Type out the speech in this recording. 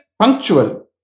punctual